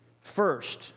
First